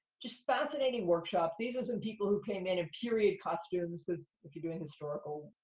just fascinating workshop. these are some people who came in in period costumes, cause if you're doing a historical,